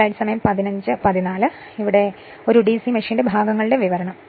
അടുത്തത് ഒരു ഡിസി മെഷീന്റെ ഭാഗങ്ങളുടെ വിവരണം